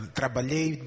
trabalhei